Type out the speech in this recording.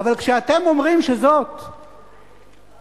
אבל כשאתם אומרים שזאת הפוליטיקה,